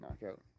knockout